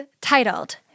titled